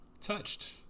touched